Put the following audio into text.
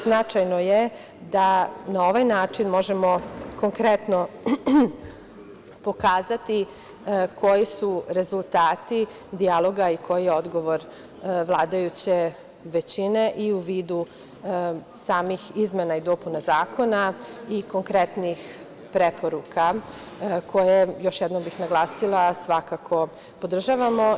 Značajno je da na ovaj način možemo konkretno pokazati koji su rezultati dijaloga i koji je odgovor vladajuće većine i u vidu samih izmena i dopuna zakona i konkretnih preporuka koje, još jednom bih naglasila, svakako podržavamo.